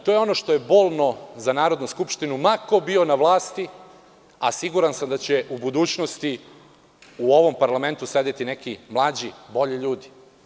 To je ono što je bolno za Narodnu skupštinu, ma ko bio na vlasti, a siguran sam da će u budućnosti u ovom parlamentu sedeti neki mlađi, bolji ljudi.